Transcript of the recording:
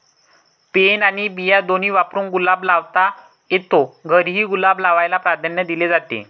pen आणि बिया दोन्ही वापरून गुलाब लावता येतो, घरीही गुलाब लावायला प्राधान्य दिले जाते